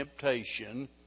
temptation